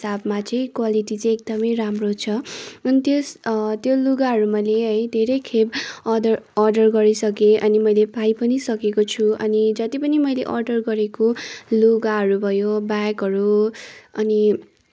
हिसाबमा चाहिँ क्वालिटी चाहिँ एकदमै राम्रो छ अनि त्यस त्यो लुगाहरू मैले है धेरै खेप अर्डर अर्डर गरिसकेँ अनि मैले पाइ पनि सकेको छु अनि जति पनि मैले अर्डर गरेको लुगाहरू भयो ब्यागहरू अनि